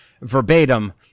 verbatim